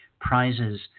prizes